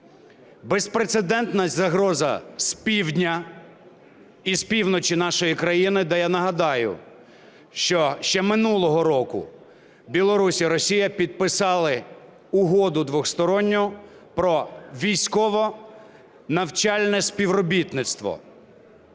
безпрецедентна загроза з півдня і з півночі нашої країни, де я нагадаю, що ще минулого року Білорусь і Росія підписали Угоду двохсторонню про військово-навчальне співробітництво.